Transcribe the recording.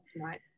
right